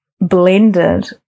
blended